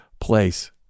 place